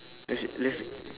that's it there's th~